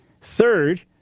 third